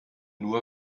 nur